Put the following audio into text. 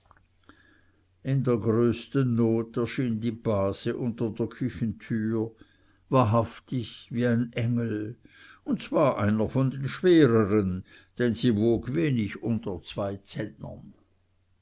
in der größten not erschien die base unter der küchentüre wahrhaftig wie ein engel und zwar einer von den schwereren denn sie wog wenig unter zwei zentnern